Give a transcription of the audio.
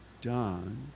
done